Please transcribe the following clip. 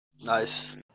Nice